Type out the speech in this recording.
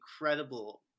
incredible